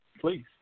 Please